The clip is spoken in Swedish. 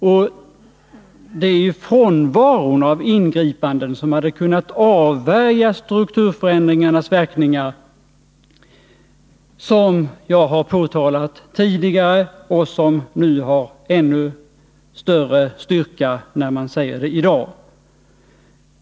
Jag har tidigare påtalat frånvaron av sådana ingripanden som hade kunnat avvärja strukturförändringarnas verkningar, och det kan man göra med ännu större styrka i dag.